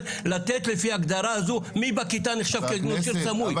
לתת לפי הגדרה הזו מי בכיתה נחשב כנושר סמוי,